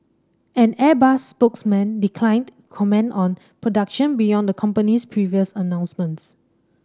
an Airbus spokesman declined comment on production beyond the company's previous announcements